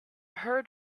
heard